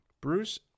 Bruce